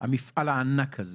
המפעל הענק הזה